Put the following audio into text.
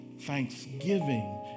thanksgiving